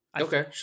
okay